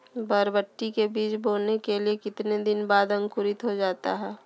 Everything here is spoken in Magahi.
बरबटी के बीज बोने के कितने दिन बाद अंकुरित हो जाता है?